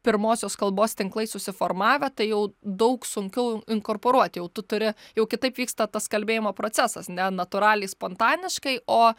pirmosios kalbos tinklai susiformavę tai jau daug sunkiau inkorporuoti jau tu turi jau kitaip vyksta tas kalbėjimo procesas ne natūraliai spontaniškai o